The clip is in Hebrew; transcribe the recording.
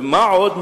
ומה עוד,